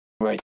Right